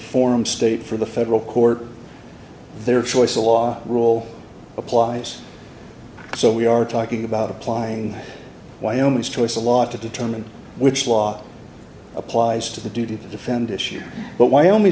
form state for the federal court their choice a law rule applies so we are talking about applying wyoming's to us a lot to determine which law applies to the duty to defend issue but why only